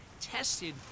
tested